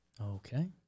Okay